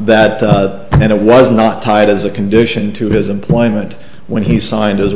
that it was not tied as a condition to his employment when he signed